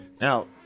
now